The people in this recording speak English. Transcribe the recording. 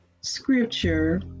scripture